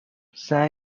سعی